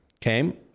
came